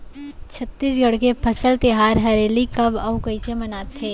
छत्तीसगढ़ के फसल तिहार हरेली कब अउ कइसे मनाथे?